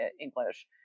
English